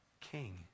king